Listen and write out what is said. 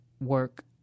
work